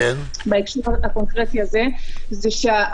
למה אני צריכה את